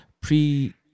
pre